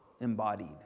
embodied